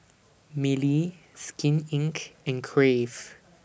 Mili Skin Inc and Crave